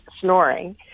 snoring